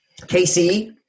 KC